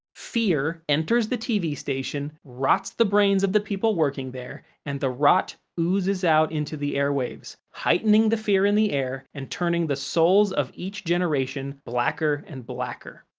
fear enters the tv station, rots the brains of the people working there, and the rot oozes out into the airwaves, heightening the fear in the air and turning the souls of each generation blacker and blacker.